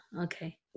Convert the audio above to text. okay